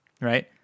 Right